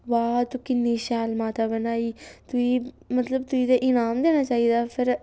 वाह् तूं किन्नी शैल माता बनाई तुगी मतलब तुगी ते इनाम देना चाहिदा फिर